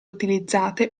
utilizzate